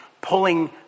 pulling